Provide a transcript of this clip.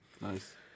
Nice